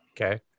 okay